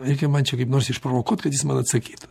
reikia man čia kaip nors išprovokuot kad jis man atsakytų